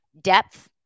depth